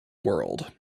world